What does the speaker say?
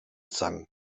sang